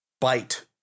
bite